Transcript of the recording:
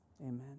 Amen